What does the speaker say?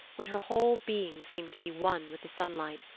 when her whole being seemed to be one with the sunlight,